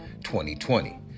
2020